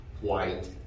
white